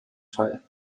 teil